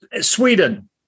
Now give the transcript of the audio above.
Sweden